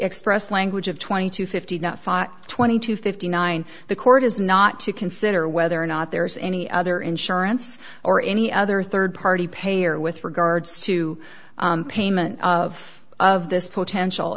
express language of twenty two fifty not twenty two fifty nine the court is not to consider whether or not there is any other insurance or any other third party payer with regards to payment of of this potential